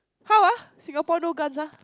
how ah Singapore no guns ah